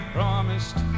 promised